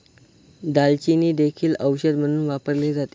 दालचिनी देखील औषध म्हणून वापरली जाते